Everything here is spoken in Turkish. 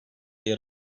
yer